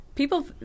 People